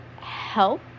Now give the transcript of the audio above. help